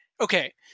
okay